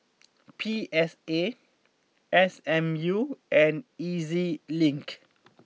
P S A S M U and E Z Link